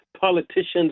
politicians